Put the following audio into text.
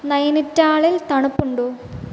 നൈനിതാളിൽ തണുപ്പുണ്ടോ